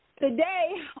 Today